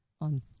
on